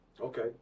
Okay